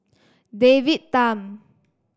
David Tham